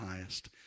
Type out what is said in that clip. highest